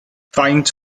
faint